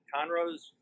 Conroe's